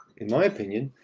in my opinion,